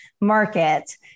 market